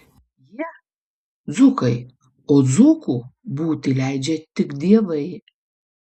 jie dzūkai o dzūku būti leidžia tik dievai